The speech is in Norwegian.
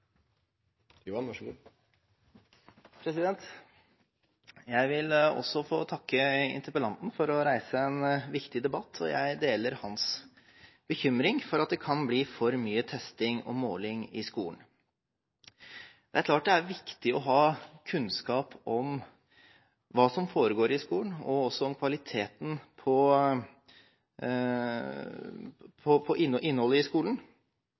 Jeg vil også få takke interpellanten for å reise en viktig debatt. Jeg deler hans bekymring for at det kan bli for mye testing og måling i skolen. Det er klart det er viktig å ha kunnskap om hva som foregår i skolen, og også om kvaliteten på innholdet i skolen. Men det er like viktig at målingen og